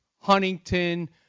Huntington